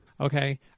Okay